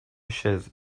chaise